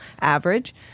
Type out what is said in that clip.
average